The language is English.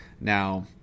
Now